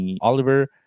Oliver